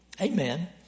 Amen